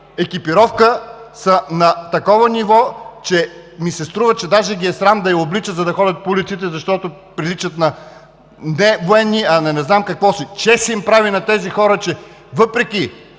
екипировка, са на такова ниво, че ми се струва, че даже ги е срам да я обличат, за да ходят по улиците, защото приличат не на военни, а на не знам какво си. Чест им прави на тези хора, че въпреки